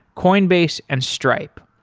coinbase and stripe.